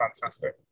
fantastic